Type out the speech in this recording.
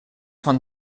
von